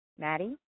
Maddie